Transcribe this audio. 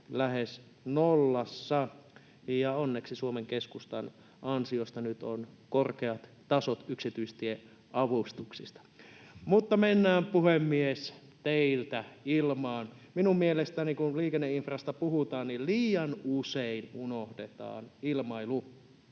lähes nollassa, ja onneksi Suomen Keskustan ansiosta nyt on korkeat tasot yksityistieavustuksissa. Mutta mennään, puhemies, teiltä ilmaan: Minun mielestäni, kun liikenneinfrasta puhutaan, niin liian usein unohdetaan ilmailu